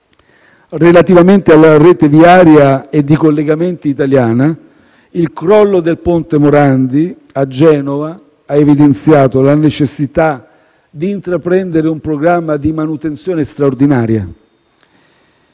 Relativamente alla rete viaria e di collegamenti italiana, il crollo del ponte Morandi a Genova ha evidenziato la necessità di intraprendere un programma di manutenzione straordinaria.